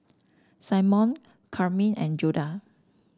Simone Karyme and Judah